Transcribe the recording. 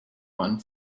one